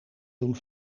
doen